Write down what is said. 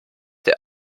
der